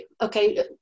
okay